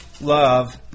love